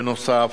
בנוסף,